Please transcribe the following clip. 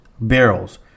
Barrels